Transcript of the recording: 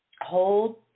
hold